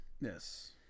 Yes